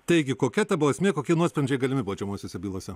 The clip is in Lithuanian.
taigi kokia ta bausmė kokie nuosprendžiai galimi baudžiamosiose bylose